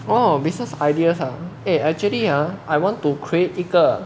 oh business ideas ah eh actually uh I want to create 一个